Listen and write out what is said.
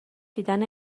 دیدن